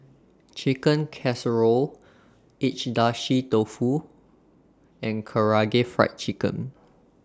Chicken Casserole Agedashi Dofu and Karaage Fried Chicken